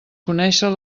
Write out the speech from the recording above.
conèixer